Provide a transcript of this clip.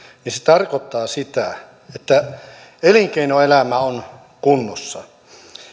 niin se tarkoittaa sitä että elinkeinoelämän on oltava kunnossa